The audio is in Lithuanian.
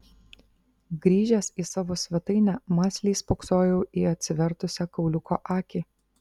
grįžęs į savo svetainę mąsliai spoksojau į atsivertusią kauliuko akį